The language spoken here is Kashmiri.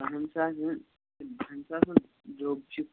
بَہَن ساسَن یہٕ بَہَن ساسَن درٛوگ چھُ